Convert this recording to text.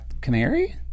Canary